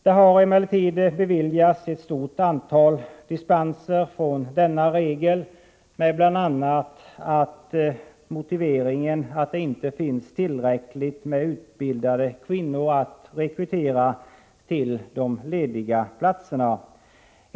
Det har emellertid beviljats ett stort antal dispenser från denna regel med bl.a. motiveringen att det inte finns tillräckligt med utbildade kvinnor att rekrytera till de lediga platserna.